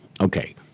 Okay